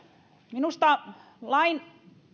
minusta lain